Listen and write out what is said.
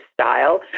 style